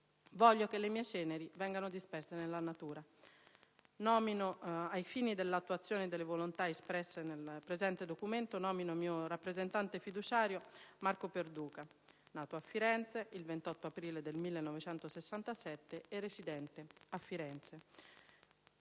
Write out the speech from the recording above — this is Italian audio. Voglio che le mie ceneri vengano disperse nella natura. Ai fini dell'attuazione delle volontà espresse nel presente documento, nomino mio rappresentante fiduciario Marco Perduca, nato a Firenze il 28 aprile 1967 e residente a Firenze.